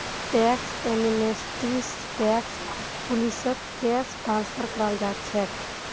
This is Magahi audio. टैक्स एमनेस्टी स टैक्स पुलिसक केस ट्रांसफर कराल जा छेक